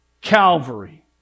Calvary